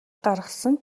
гаргасан